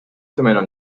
semaines